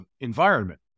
environment